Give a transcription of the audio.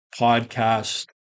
podcast